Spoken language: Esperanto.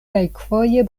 kelkfoje